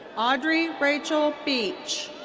audrey rachel beech.